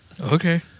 Okay